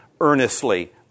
earnestly